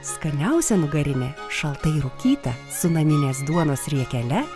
skaniausia nugarinė šaltai rūkyta su naminės duonos riekele